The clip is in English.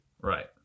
Right